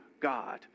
God